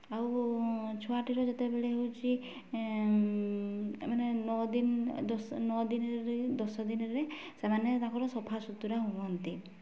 ଆଉ ଛୁଆଟିର ଯେତେବେଳେ ହଉଛି ମାନେ ନଅ ଦିନ ନଅ ଦିନ ଦଶ ଦିନରେ ସେମାନେ ତାଙ୍କର ସଫା ସୁତୁରା ହୁଅନ୍ତି